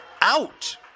out